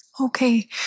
Okay